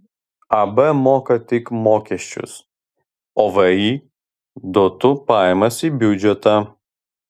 ab moka tik mokesčius o vį duotų pajamas į biudžetą